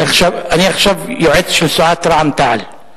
אני עכשיו יועץ של סיעת רע"ם-תע"ל.